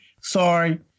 Sorry